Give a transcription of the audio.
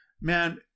man